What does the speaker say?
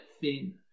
thin